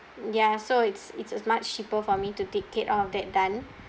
ya so it's it's it's much cheaper for me to take it out of that done